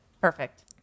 perfect